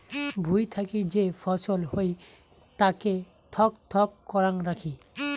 ভুঁই থাকি যে ফছল হই তাকে থক থক করাং রাখি